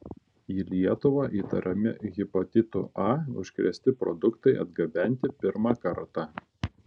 į lietuvą įtariami hepatitu a užkrėsti produktai atgabenti pirmą kartą